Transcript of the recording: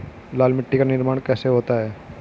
लाल मिट्टी का निर्माण कैसे होता है?